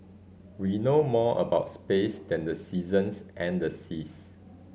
we know more about space than the seasons and the seas